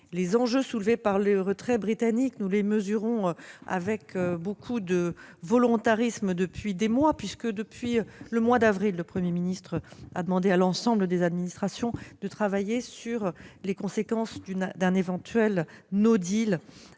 les enjeux soulevés par le retrait britannique avec beaucoup de volontarisme depuis des mois puisque, depuis le mois d'avril, le Premier ministre a demandé à l'ensemble des administrations de travailler sur les conséquences d'un éventuel dans le